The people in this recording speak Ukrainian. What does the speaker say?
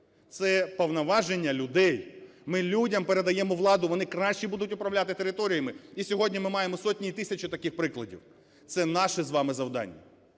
Це повноваження людей, ми людям передаємо владу, вони краще будуть управляти територіями. І сьогодні ми маємо сотні і тисячі таких прикладів, - це наше з вами завдання.